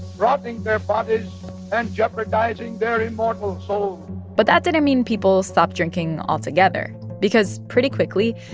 robbing their bodies and jeopardizing their immortal souls but that didn't mean people stopped drinking altogether because pretty quickly,